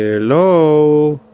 hello?